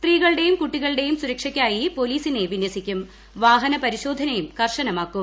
സ്ത്രീകളുടെയും കുട്ടികളുടെയും സുരക്ഷയ്ക്കായി പോലീസിനെ വിന്യസിക്കും വാഹന പരിശോധനയും കർശനമാക്കും